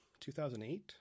2008